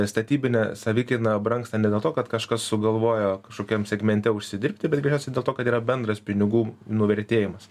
statybinė savikaina brangsta ne dėl to kad kažkas sugalvojo kažkokiam segmente užsidirbti bet galiausiai dėl to kad yra bendras pinigų nuvertėjimas